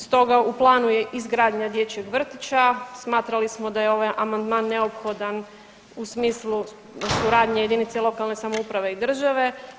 Stoga u planu je izgradnja dječjeg vrtića, smatrali smo da je ovaj amandman neophodan u smislu suradnje jedinice lokalne samouprave i države.